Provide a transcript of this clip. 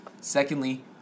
Secondly